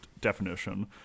definition